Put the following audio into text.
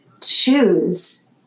choose